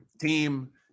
team